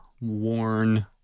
worn